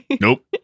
Nope